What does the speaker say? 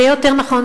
זה יהיה יותר נכון,